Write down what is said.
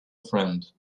friend